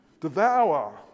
devour